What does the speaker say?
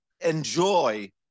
enjoy